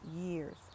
years